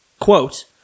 quote